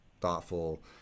thoughtful